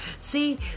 See